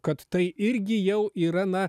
kad tai irgi jau yra na